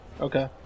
Okay